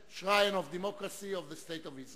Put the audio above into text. ועדת הכלכלה להחיל דין רציפות על הצעת חוק